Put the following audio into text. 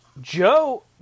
Joe